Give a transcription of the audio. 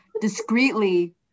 discreetly